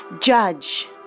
judge